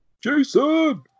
Jason